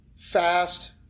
fast